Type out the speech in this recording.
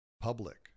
public